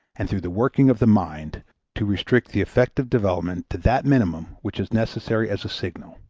and through the working of the mind to restrict the affective development to that minimum which is necessary as a signal.